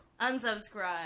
Unsubscribe